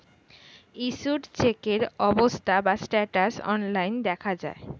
issued চেকের অবস্থা বা স্ট্যাটাস অনলাইন দেখা যায়